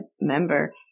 member